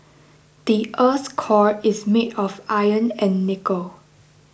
the earth's core is made of iron and nickel